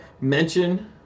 mention